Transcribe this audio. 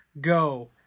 Go